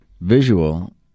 visual